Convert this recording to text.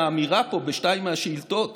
האמירה פה בשתיים מהשאילתות